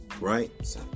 Right